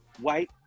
White